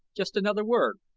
just another word.